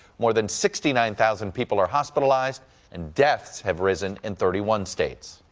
more than sixty nine thousand people are hospitalized and deaths have risen in thirty one states.